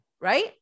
Right